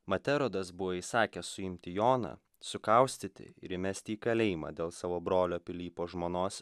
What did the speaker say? mat erodas buvo įsakęs suimti joną sukaustyti ir įmesti į kalėjimą dėl savo brolio pilypo žmonos